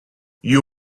you